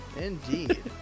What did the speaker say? Indeed